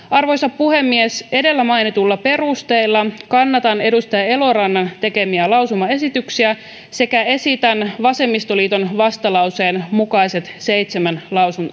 arvoisa puhemies edellä mainituilla perusteilla kannatan edustaja elorannan tekemiä lausumaesityksiä sekä esitän vasemmistoliiton vastalauseen mukaiset seitsemän